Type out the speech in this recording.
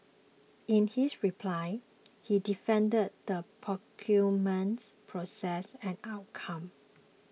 in his reply he defended the procurement process and outcome